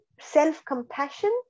self-compassion